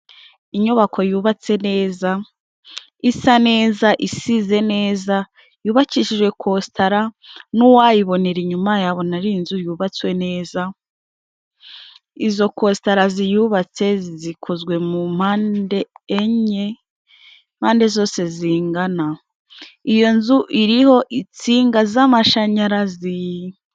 Inyubako yubatse neza, isa neza, isize neza. Yubakishije kositara n'uwayibonera inyuma yabona ari inzu yubatswe neza. izo kositara ziyubatse zikozwe mu mpande enye pande zose zingana. Iyo nzu iriho itsinga z'amashanyarazi.